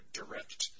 direct